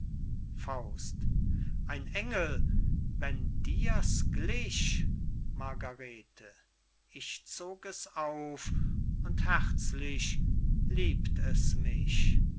kind ein engel wenn dir's glich margarete ich zog es auf und herzlich liebt es mich